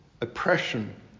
oppression